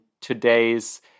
today's